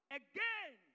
again